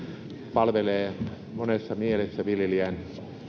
palvelee monessa mielessä viljelijän